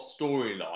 storyline